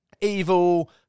Evil